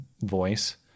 voice